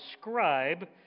scribe